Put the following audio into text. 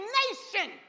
nation